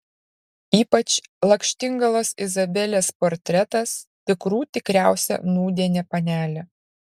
ypač lakštingalos izabelės portretas tikrų tikriausia nūdienė panelė